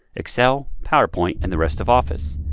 excel, power point, and the rest of office.